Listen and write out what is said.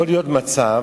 לא משנה.